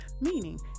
Meaning